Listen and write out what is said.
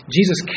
Jesus